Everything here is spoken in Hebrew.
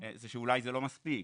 שאולי זה לא מספיק,